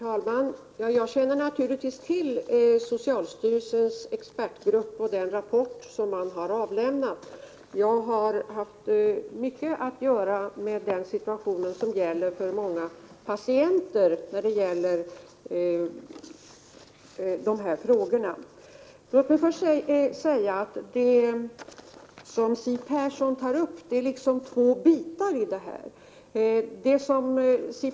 Herr talman! Jag känner naturligtvis till socialstyrelsens expertgrupp och den rapport som gruppen har avlämnat. Jag har haft mycket att göra med den situation som gäller för många patienter beträffande de här frågorna. Det finns två aspekter på det som Siw Persson tar upp.